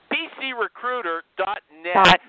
PCRecruiter.net